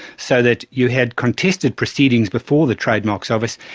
so that you had contested proceedings before the trademarks office,